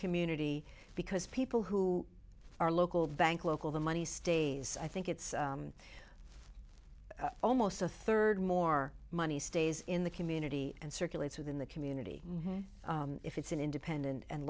community because people who are local bank local the money stays i think it's almost a third more money stays in the community and circulates within the community if it's an independent and